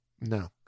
No